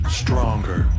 stronger